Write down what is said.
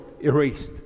Erased